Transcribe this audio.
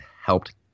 helped